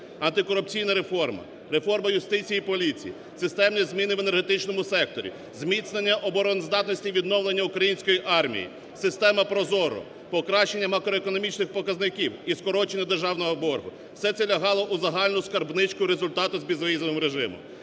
Антикорупційна реформа, реформа юстиції і поліції, системні зміни в енергетичному секторі, зміцнення обороноздатності, відновлення української армії, система ProZorro, покращення макроекономічних показників і скорочення державного боргу, – все це лягало у загальну скарбничку результату з безвізовим режимом.